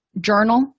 journal